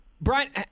Brian